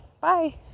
bye